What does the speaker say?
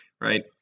right